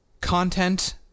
content